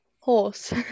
Horse